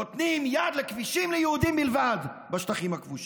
נותנים יד לכבישים ליהודים בלבד בשטחים הכבושים,